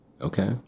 Okay